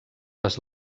les